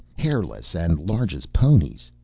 hairless, and large as ponies.